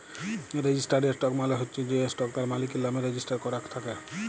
registered stock মালে চ্ছ যে স্টক তার মালিকের লামে রেজিস্টার করাক থাক্যে